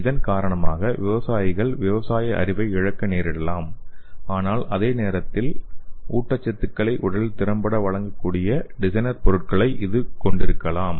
இதன் காரணமாக விவசாயிகள் விவசாய அறிவை இழக்க நேரிடலாம் ஆனால் அதே நேரத்தில் ஆனால் ஊட்டச்சத்துக்களை உடலில் திறம்பட வழங்கக்கூடிய டிசைனர் பொருளை இது கொண்டிருக்கலாம்